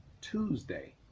Tuesday